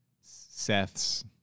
Seth's